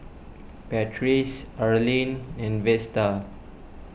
Patrice Arline and Vesta